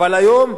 אבל היום,